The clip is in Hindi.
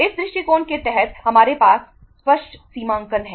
इस दृष्टिकोण के तहत हमारे पास स्पष्ट सीमांकन है